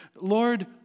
Lord